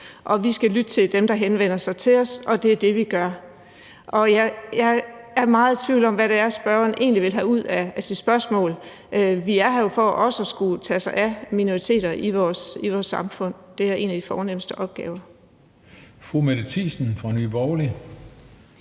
vi skal lytte til dem, der henvender sig til os, og det er det, vi gør. Jeg er meget i tvivl om, hvad det er, spørgeren egentlig vil have ud af sit spørgsmål. Vi er her jo for også at skulle tage os af minoriteter i vores samfund. Det er en af de fornemste opgaver. Kl. 18:57 Den fg. formand